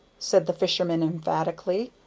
said the fisherman emphatically.